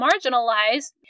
marginalized—